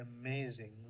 amazing